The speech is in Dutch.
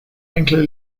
enkele